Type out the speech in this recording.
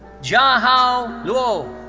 jiahao luo.